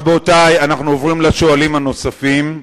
אנחנו עוברים לשואלים הנוספים.